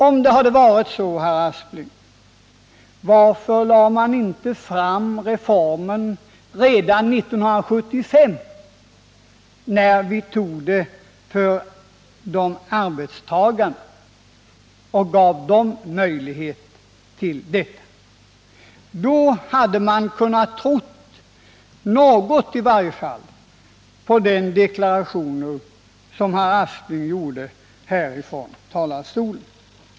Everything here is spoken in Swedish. Om det hade varit så, herr Aspling, varför lade ni då inte fram detta reformförslag redan 1975, då vi gav arbetstagarna möjlighet till delpension? Om så hade varit fallet skulle man, i varje fall i någon mån, ha kunnat tro på den deklaration som herr Aspling gjorde här från talarstolen.